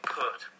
put